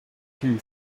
two